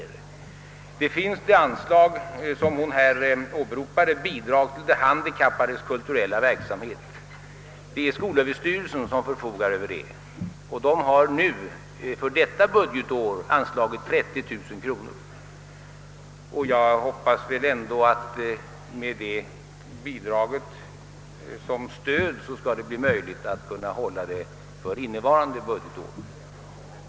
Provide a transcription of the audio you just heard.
Det är skolöverstyrelsen som förfogar över det anslag fröken Elmén åberopade, bidrag till de handikappades kulturella verksamhet, och man har från detta håll för innevarande budgetår anslagit 30 000 kronor för detta ändamål. Jag hoppas att det med detta bidrag som stöd skall bli möjligt att hålla tidningen vid liv under innevarande budgetår.